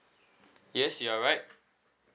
yes you are right